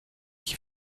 qui